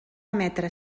emetre